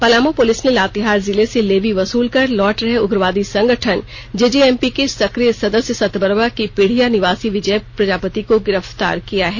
Palamu police ने लातेहार जिले से लेवी वसूल कर लौट रहे उग्रवादी संगठन जेजेएमपी के संक्रिय सदस्य सतबरवा के पीढ़िया निवासी विजय प्रजापति को गिरफ्तार किया है